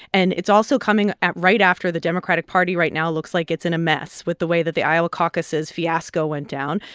and it's also coming right after the democratic party right now looks like it's in a mess with the way that the iowa caucuses fiasco went down.